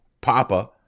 Papa